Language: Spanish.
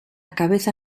cabeza